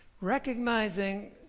recognizing